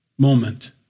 moment